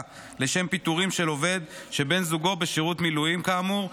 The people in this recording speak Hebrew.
לשם פיטורים של עובד שבן זוגו בשירות מילואים כאמור,